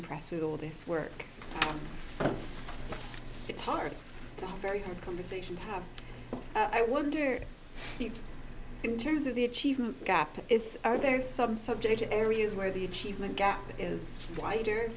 impressed with all this work but it's hard to have very good conversation i wonder in terms of the achievement gap it's or there's some subject areas where the achievement gap is wider